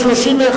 בעד, 31,